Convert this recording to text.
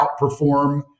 outperform